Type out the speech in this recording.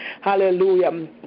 Hallelujah